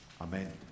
Amen